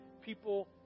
people